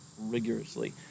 rigorously